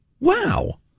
Wow